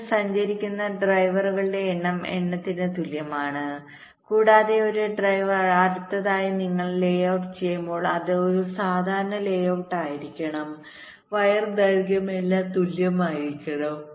നിങ്ങൾ സഞ്ചരിക്കുന്ന ഡ്രൈവറുകളുടെ എണ്ണം എണ്ണത്തിൽ തുല്യമാണ് കൂടാതെ ഒരു ഡ്രൈവർ അടുത്തതായി നിങ്ങൾ ലേഔട്ട് ചെയ്യുമ്പോൾ അത് ഒരു സാധാരണ ലേഔട്ട് ആയിരിക്കണം വയർ ദൈർഘ്യം എല്ലാം തുല്യമായിരിക്കണം